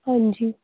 ਹਾਂਜੀ